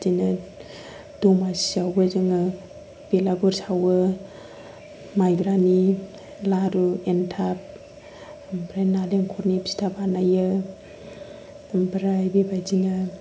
बिदिनो दमासियावबो जोङो बेलागुर सावो माइब्रानि लारु एनथाब ओमफ्राय नारिखलनि फिथा बानायो ओमफ्राय बेबायदिनो